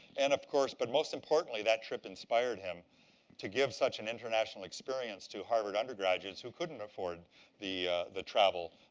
and, of course, but most importantly, that trip inspired him to give such an international experience to harvard undergraduates who couldn't afford the the travel.